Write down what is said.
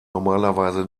normalerweise